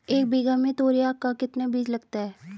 एक बीघा में तोरियां का कितना बीज लगता है?